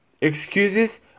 Excuses